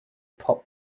pop